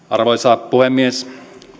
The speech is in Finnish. arvoisa puhemies